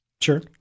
Sure